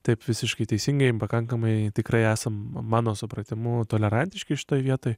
taip visiškai teisingai pakankamai tikrai esam mano supratimu tolerantiški šitoj vietoj